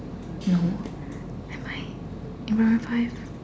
no am I in primary five